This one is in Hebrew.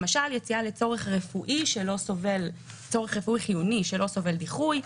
למשל יציאה לצורך רפואי חיוני שלא סובל דיחוי,